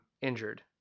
injured